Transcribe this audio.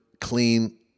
clean